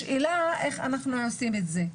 השאלה היא איך אנחנו עושים את זה,